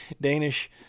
Danish